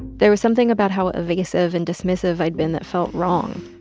there was something about how a evasive and dismissive i'd been that felt wrong.